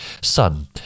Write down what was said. son